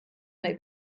may